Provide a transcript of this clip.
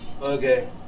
Okay